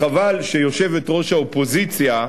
חבל שיושבת-ראש האופוזיציה,